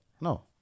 No